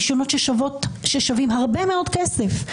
רישיונות ששווים הרבה מאוד כסף,